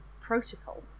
protocol